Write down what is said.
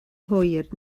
hwyr